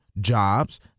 jobs